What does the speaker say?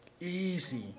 easy